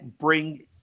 bring